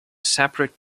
separate